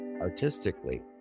artistically